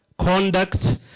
conduct